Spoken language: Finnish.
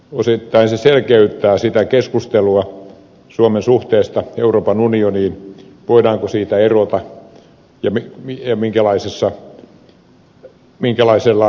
osittain se selkeyttää sitä keskustelua suomen suhteesta euroopan unioniin voidaanko siitä erota ja minkälaisella äänestyspäätöksellä